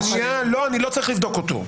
לא, הוא לא צריך לבדוק אותו.